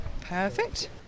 Perfect